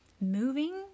moving